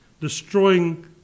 destroying